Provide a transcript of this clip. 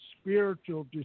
spiritual